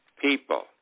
people